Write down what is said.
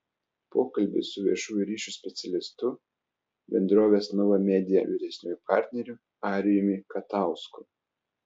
pokalbis su viešųjų ryšių specialistu bendrovės nova media vyresniuoju partneriu arijumi katausku